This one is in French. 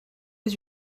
aux